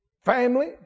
family